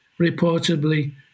reportedly